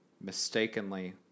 mistakenly